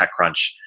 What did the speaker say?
TechCrunch